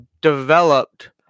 developed